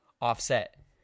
Offset